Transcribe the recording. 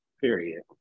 Period